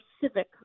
civic